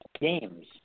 games